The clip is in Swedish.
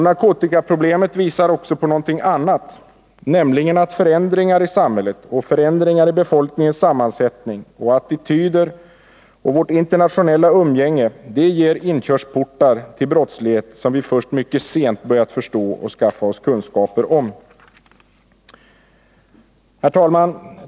Narkotikaproblemet visar också på någonting annat, nämligen att förändringar i samhället, i befolkningens sammansättning och attityder och i vårt internationella umgänge blir inkörsportar till en brottslighet som vi först mycket sent börjat förstå och skaffa oss kunskaper om. Herr talman!